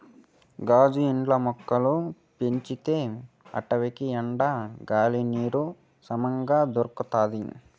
గాజు ఇండ్లల్ల మొక్కలు పెంచితే ఆటికి ఎండ, గాలి, నీరు సమంగా దొరకతాయి